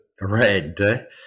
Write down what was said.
Red